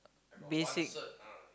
basic